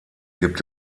gibt